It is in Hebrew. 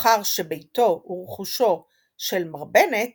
מאחר שביתו ורכושו של מר בנט